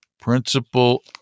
principal